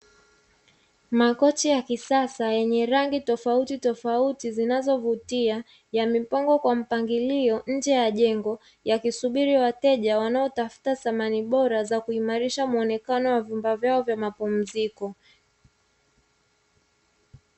Makochi ya kisasa yenye rangi tofauti tofauti zinazovutia yamepangwa kwa mpangilio nje ya jengo, yakisubiri wateja wanaotafuta samani bora za kuimarisha muonekano wa vyumba vyao vya mapumziko.